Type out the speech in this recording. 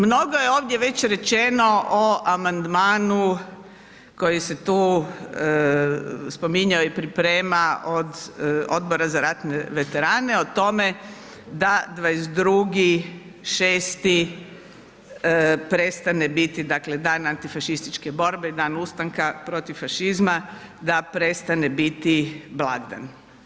Mnogo je ovdje već rečeno o amandmanu koji se tu spominjao i priprema od Odbora za ratne veterane o tome da 22.6. prestane biti dakle Dan antifašističke borbe i Dan ustanka protiv fašizma, da prestane biti blagdan.